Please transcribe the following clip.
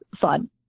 fun